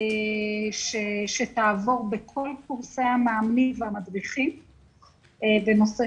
שתעבור בכל קורסי המאמנים והמדריכים בנושא